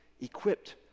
equipped